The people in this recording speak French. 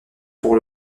pour